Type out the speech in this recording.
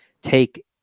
take